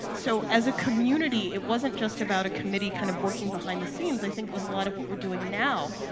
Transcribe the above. so as a community, it wasn't just about a committee kind of working behind the scenes. i think it was a lot of what we're doing now,